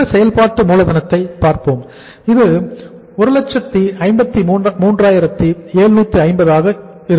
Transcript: நிகர செயல்பாட்டு மூலதனத்தை பார்ப்போம் இது 153750 ஆகும்